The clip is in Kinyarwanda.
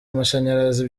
amashanyarazi